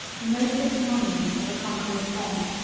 the noblest monument of a conqueror's fame,